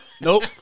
Nope